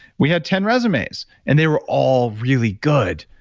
we had ten resumes and they were all really good,